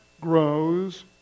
grows